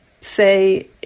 say